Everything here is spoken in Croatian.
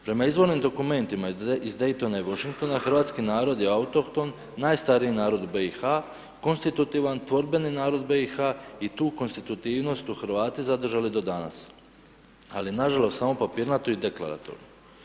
Prema izvornim dokumentima iz Daytona i Washingtona, hrvatski narod je autohton, najstariji narod u BiH, konstitutivan, tvorbeni narod BiH i tu konstitutivnost su Hrvati zadržali do dana, ali nažalost samo papirnato i deklaratorno.